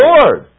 Lord